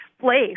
place